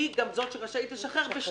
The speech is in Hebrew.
היא זאת שרשאית לשחרר בשליש.